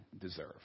deserve